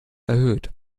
erhöht